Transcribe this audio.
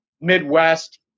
Midwest